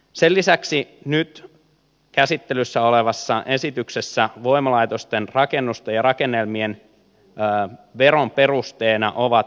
sen lisäksi nyt käsittelyssä olevassa esityksessä voimalaitosten rakennusten ja rakennelmien veron perusteena ovat jälleenhankinta arvot